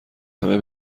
همه